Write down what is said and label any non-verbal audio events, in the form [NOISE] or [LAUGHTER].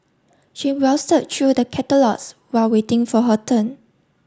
she [UNINTELLIGIBLE] through the catalogues while waiting for her turn